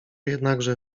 jednakże